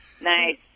Nice